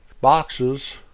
boxes